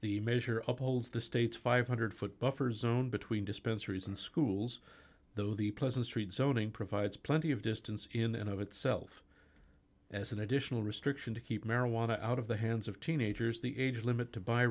the measure up holds the state's five hundred dollars foot buffer zone between dispensaries and schools though the pleasant street zoning provides plenty of distance in and of itself as an additional restriction to keep marijuana out of the hands of teenagers the age limit